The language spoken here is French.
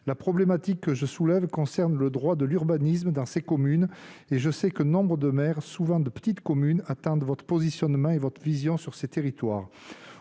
la problématique que je soulève concerne le droit de l'urbanisme dans ces communes. Je sais que nombre de maires, souvent de petites communes, attendent votre positionnement et votre vision sur ces territoires.